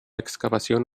excavación